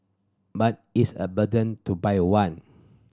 but it's a burden to buy one